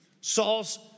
Saul's